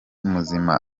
muzima